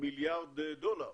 מיליארד דולר,